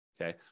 okay